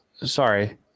Sorry